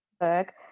work